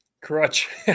crutch